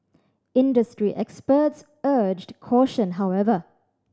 industry experts urged caution however